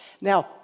Now